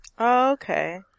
Okay